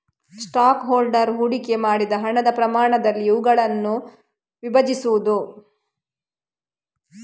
stock holder ಹೂಡಿಕೆ ಮಾಡಿದ ಹಣದ ಪ್ರಮಾಣದಲ್ಲಿ ಇವುಗಳನ್ನು ವಿಭಜಿಸುವುದು